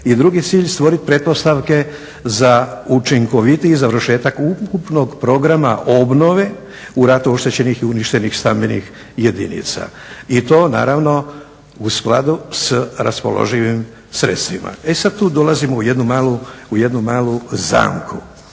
i drugi cilj stvoriti pretpostavke za učinkovitiji završetak ukupnog programa obnove u ratu oštećenih i uništenih stambenih jedinica i to naravno u skladu sa raspoloživim sredstvima. E sada tu dolazimo u jednu malu zamku,